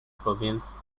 province